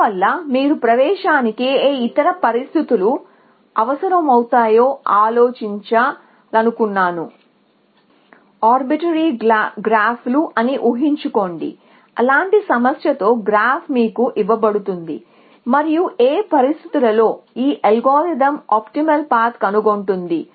అందువల్ల మీరు ప్రవేశానికి ఏ ఇతర పరిస్థితులు అవసరమవుతాయో ఆలోచించా లనుకున్నాను ఇది కొన్ని ఓబీటురీ గ్రాఫ్లు అని ఊహించుకోండి అలాంటి సమస్య తో గ్రాఫ్ మీకు ఇవ్వబడుతుంది మరియు ఏ పరిస్థితులలో ఈ అల్గోరిథం ఆప్టిమల్ పాత్ కనుగొంటుంది